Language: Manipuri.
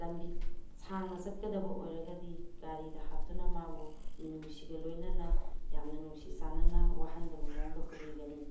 ꯂꯝꯕꯤ ꯁꯥꯡꯅ ꯆꯠꯀꯗꯕ ꯑꯣꯏꯔꯒꯗꯤ ꯒꯥꯔꯤꯗ ꯍꯥꯞꯇꯨꯅ ꯃꯥꯕꯨ ꯃꯤꯅꯨꯡꯁꯤꯒ ꯂꯣꯏꯅꯅ ꯌꯥꯝꯅ ꯅꯨꯡꯁꯤ ꯆꯥꯟꯅꯅ ꯋꯥꯍꯟꯗꯕ ꯃꯑꯣꯡꯗ ꯄꯨꯕꯤꯒꯅꯤ